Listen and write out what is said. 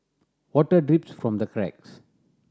water drips from the cracks